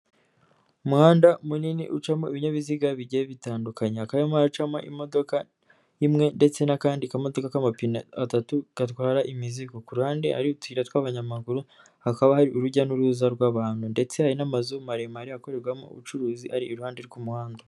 Umuhanda munini ucamo ibinyabiziga bijye bitandukanye, hakaba harimoimodoka imwe ndetse n'akandi kamodoka k'amapine atatu gatwara imizigo, ku ruhande hari utuyira tw'abanyamaguru, hakaba hari urujya n'uruza rw'abantu ndetse hari n'amazu maremare akorerwamo ubucuruzi ari iruhande rw'umuhanda.